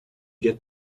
get